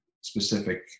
specific